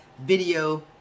video